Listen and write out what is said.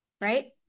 right